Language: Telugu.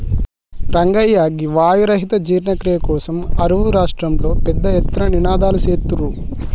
రంగయ్య గీ వాయు రహిత జీర్ణ క్రియ కోసం అరువు రాష్ట్రంలో పెద్ద ఎత్తున నినాదలు సేత్తుర్రు